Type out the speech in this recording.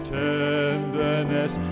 tenderness